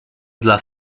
dla